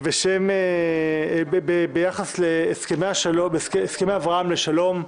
ביחס להסכמי אברהם לשלום,